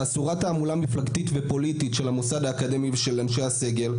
שאסורה תעמולה מפלגתית ופוליטית של המוסד האקדמי ושל אנשי הסגל,